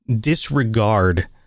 disregard